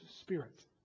spirit